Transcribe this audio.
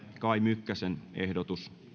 kai mykkäsen ehdotus